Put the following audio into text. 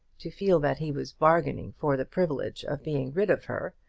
to feel that he was bargaining for the privilege of being rid of her,